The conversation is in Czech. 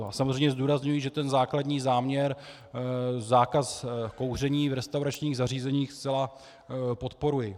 A samozřejmě zdůrazňuji, že základní záměr zákaz kouření v restauračních zařízeních zcela podporuji.